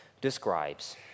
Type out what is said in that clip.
describes